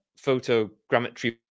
photogrammetry